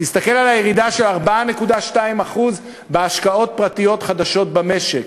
תסתכל על הירידה של ה-4.2% בהשקעות פרטיות חדשות במשק,